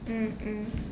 mm mm